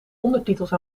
ondertitels